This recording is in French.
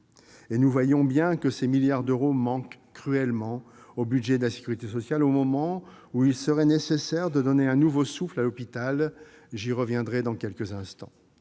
Nous le voyons bien, ces milliards d'euros manquent cruellement au budget de la sécurité sociale, au moment même où il serait nécessaire de donner un nouveau souffle à l'hôpital- j'y reviendrai dans quelques instants.